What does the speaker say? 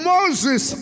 Moses